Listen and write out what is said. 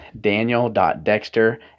daniel.dexter